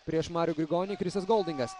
prieš marių grigonį krisas goldingas